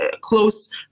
close